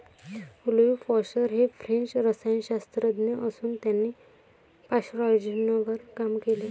Louis Pasteur हे French रसायनशास्त्रज्ञ असून त्यांनी पाश्चरायझेशनवर काम केले